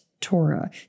Torah